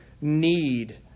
need